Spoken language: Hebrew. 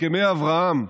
הסכמי אברהם,